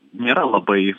nėra labai